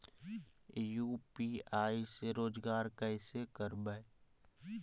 UPI से रोजगार कैसे करबय?